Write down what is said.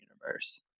universe